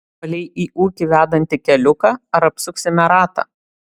palei į ūkį vedantį keliuką ar apsuksime ratą